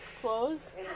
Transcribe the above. Clothes